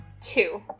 Two